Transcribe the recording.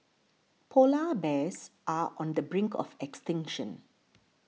Polar Bears are on the brink of extinction